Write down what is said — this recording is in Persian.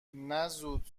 نه، زود